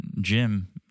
Jim